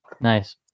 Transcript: Nice